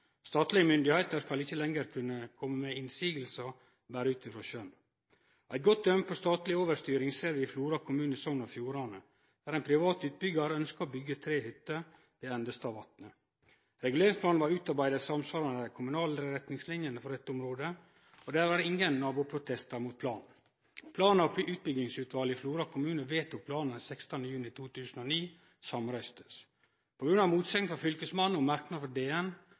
Statlege styresmakter skal ikkje lenger kunne kome med motsegner berre ut frå skjønn. Eit godt døme på statleg overstyring ser vi i Flora kommune i Sogn og Fjordane, der ein privat utbyggjar ønskte å byggje tre hytter ved Endestadvatnet. Reguleringsplanen blei utarbeidd i samsvar med dei kommunale retningslinjene for dette området. Det var ingen naboprotestar mot planen. Plan- og utbyggingsutvalet i Flora kommune vedtok samrøystes planen 16. juni 2009. På grunn av motsegn frå Fylkesmannen og merknader frå Direktoratet for